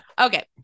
Okay